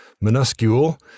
minuscule